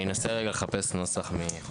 אני אחפש נוסח.